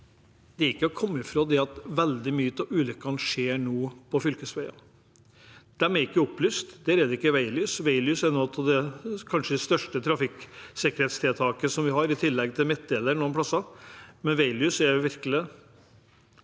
det ikke til å komme fra at veldig mange av ulykkene nå skjer på fylkesveier. De er ikke opplyst. Der er det ikke veilys. Veilys er kanskje det største trafikksikkerhetstiltaket vi har, i tillegg til midtdeler noen plasser.